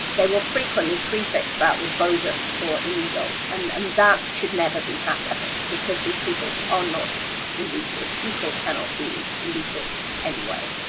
they will frequently prefix that with bogus or illegal, and and that should never be happening because these people are not illegal people cannot be illegal anyway.